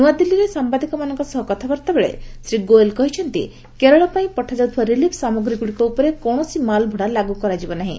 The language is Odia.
ନୂଆଦିଲ୍ଲୀରେ ସାମ୍ବାଦିକମାନଙ୍କ ସହ କଥାବାର୍ତ୍ତା ବେଳେ ଶ୍ରୀ ଗୋୟଲ୍ କହିଛନ୍ତି କେରଳ ପାଇଁ ପଠାଯାଉଥିବା ରିଲିଫ୍ ସାମଗ୍ରୀଗୁଡ଼ିକ ଉପରେ କୌଣସି ମାଲ୍ ଭଡ଼ା ଲାଗୁ କରାଯିବ ନାହିଁ